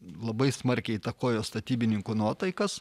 labai smarkiai įtakojo statybininkų nuotaikas